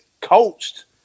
coached